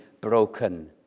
broken